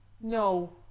No